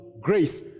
grace